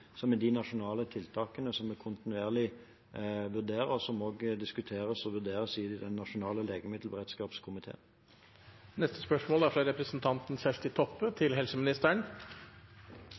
som er de nasjonale tiltakene som vi kontinuerlig vurderer, og som også diskuteres og vurderes i den nasjonale legemiddelberedskapskomiteen. «Helseforetaket i